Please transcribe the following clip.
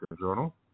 Journal